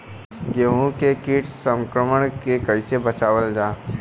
गेहूँ के कीट संक्रमण से कइसे बचावल जा?